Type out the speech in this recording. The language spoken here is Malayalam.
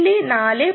BLE 4